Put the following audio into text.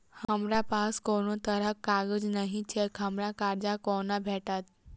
हमरा पास कोनो तरहक कागज नहि छैक हमरा कर्जा कोना भेटत?